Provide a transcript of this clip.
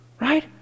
right